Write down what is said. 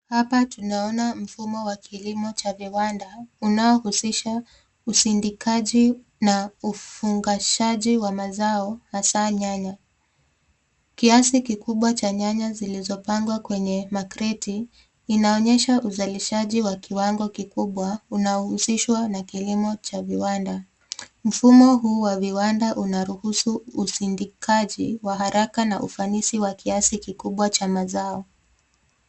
Hapa tunaona kilimo cha mfumo wa viwanda unaohusisha usindikaji na ufangashaji wa mazao hasa nyanya. Kiasi kikubwa cha nyanya zilizopangwa kwenye kreti inaonyesha uzalishaji wa kiwango kikubwa unaohusishwa na kilimo cha viwanda. Mfumo huu wa viwanda unaruhusu usindikaji wa haraka na ufanisi wa kiasi kikubwa cha mazao.